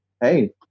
hey